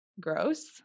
gross